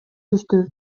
түштү